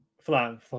Flam